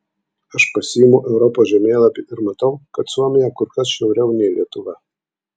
aš pasiimu europos žemėlapį ir matau kad suomija kur kas šiauriau nei lietuva